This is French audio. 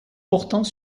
portant